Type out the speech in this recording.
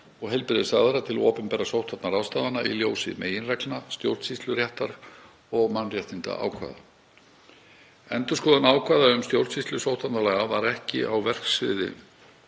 og heilbrigðisráðherra til opinberra sóttvarnaráðstafana í ljósi meginreglna stjórnsýsluréttar og mannréttindaákvæða. Endurskoðun ákvæða um stjórnsýslu sóttvarnalaga var ekki á verksviði